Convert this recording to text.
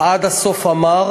עד הסוף המר